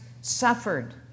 suffered